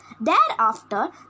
Thereafter